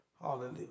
Hallelujah